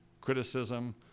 criticism